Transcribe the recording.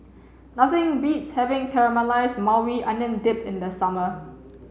nothing beats having Caramelized Maui Onion Dip in the summer